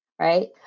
right